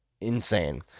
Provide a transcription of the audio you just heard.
insane